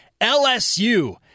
LSU